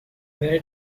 where